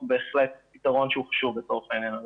הוא בהחלט פתרון חשוב לצורך העניין הזה.